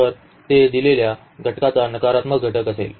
तर ते दिलेल्या घटकाचा नकारात्मक घटक असेल